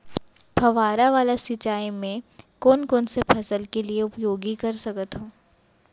फवारा वाला सिंचाई मैं कोन कोन से फसल के लिए उपयोग कर सकथो?